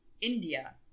India